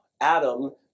Adam